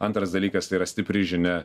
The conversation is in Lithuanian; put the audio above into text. antras dalykas tai yra stipri žinia